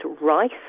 rice